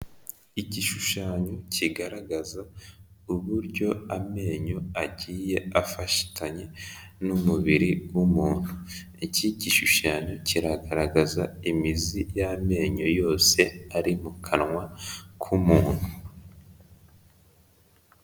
Igishushanyo kigaragaza uburyo amenyo agiye afatanye n'umubiri w'umuntu, iki gishushanyo kiragaragaza imizi y'amenyo yose ari mu kanwa k'umuntu.